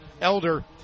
Elder